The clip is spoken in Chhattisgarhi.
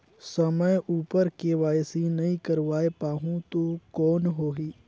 समय उपर के.वाई.सी नइ करवाय पाहुं तो कौन होही?